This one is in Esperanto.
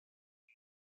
kun